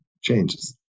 changes